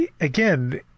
again